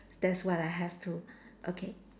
that's what I have too okay